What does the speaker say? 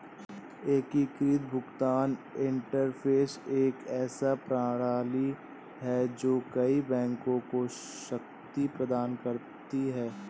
एकीकृत भुगतान इंटरफ़ेस एक ऐसी प्रणाली है जो कई बैंकों को शक्ति प्रदान करती है